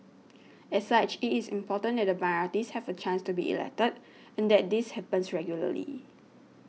as such it is important that the minorities have a chance to be elected and that this happens regularly